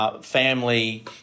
family